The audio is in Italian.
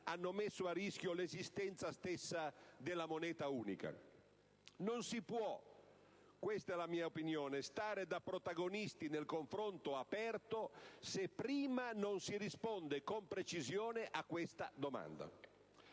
hanno messo a rischio l'esistenza stessa della moneta unica? Non si può - questa è la mia opinione - stare da protagonisti nel confronto aperto se prima non si risponde con precisione a tale domanda.